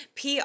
PR